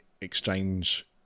exchange